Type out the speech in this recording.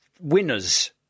winners